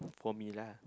for me lah